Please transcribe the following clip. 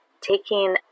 taking